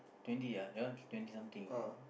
twenty ah that one twenty something